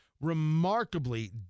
remarkably